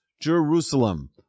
Jerusalem